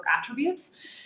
attributes